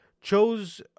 chose